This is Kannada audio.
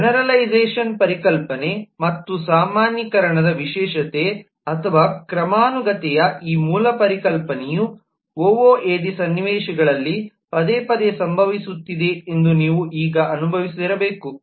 ಜೆನೆರಲೈಝಷನ್ ಪರಿಕಲ್ಪನೆ ಮತ್ತು ಸಾಮಾನ್ಯೀಕರಣದ ವಿಶೇಷತೆ ಅಥವಾ ಕ್ರಮಾನುಗತತೆಯ ಈ ಮೂಲ ಪರಿಕಲ್ಪನೆಯು ಒಒಎಡಿ ಸನ್ನಿವೇಶಗಳಲ್ಲಿ ಪದೇ ಪದೇ ಸಂಭವಿಸುತ್ತಿದೆ ಎಂದು ನೀವು ಈಗ ಅನುಭವಿಸಿರಬೇಕು